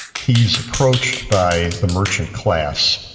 he's approached by the merchant class.